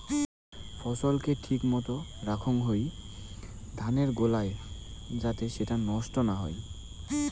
ফছল কে ঠিক মতো রাখাং হই ধানের গোলায় যাতে সেটো নষ্ট না হই